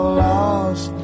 lost